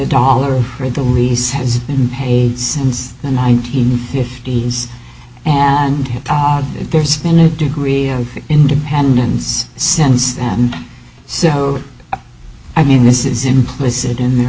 dollar for the release has been paid since the nineteen fifties and there's been a degree of independence since then so i mean this is implicit in their